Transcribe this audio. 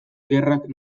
gerrak